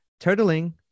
Turtling